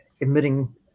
emitting